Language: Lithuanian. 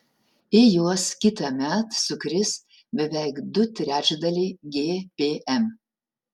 į juos kitąmet sukris beveik du trečdaliai gpm